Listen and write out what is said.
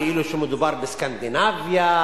כאילו שמדובר בסקנדינביה,